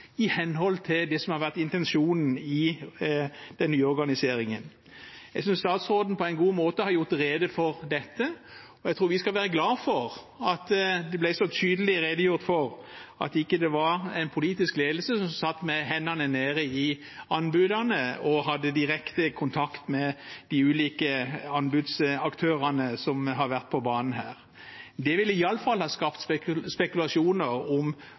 i henhold til det som har vært intensjonen med den nye organiseringen. Jeg synes statsråden på en god måte har gjort rede for dette. Jeg tror vi skal vær glad for at det ble så tydelig redegjort for at det ikke var en politisk ledelse som satt med hendene nede i anbudene og hadde direkte kontakt med de ulike anbudsaktørene som har vært på banen her. Det ville iallfall ha skapt spekulasjoner om